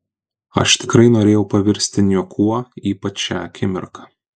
aš tikrai norėjau pavirsti niekuo ypač šią akimirką